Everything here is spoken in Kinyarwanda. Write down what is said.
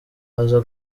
aza